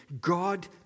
God